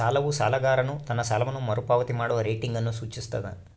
ಸಾಲವು ಸಾಲಗಾರನು ತನ್ನ ಸಾಲವನ್ನು ಮರುಪಾವತಿ ಮಾಡುವ ರೇಟಿಂಗ್ ಅನ್ನು ಸೂಚಿಸ್ತದ